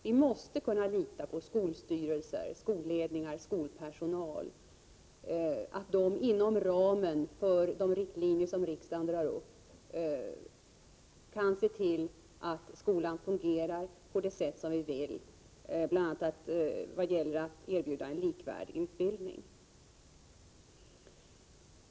Vi måste kunna lita på att skolstyrelser, skolledningar och skolpersonal inom ramen för de riktlinjer som riksdagen drar upp ser till att skolan fungerar på det sätt som vi vill, bl.a. vad gäller att erbjuda likvärdig utbildning.